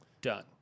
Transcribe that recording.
done